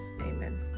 Amen